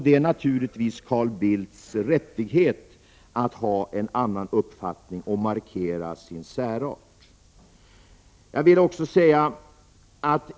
Det är naturligtvis Carl Bildts rättighet att ha en annan uppfattning och att markera sin särart.